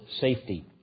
safety